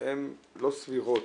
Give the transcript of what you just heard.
שהן לא סבירות,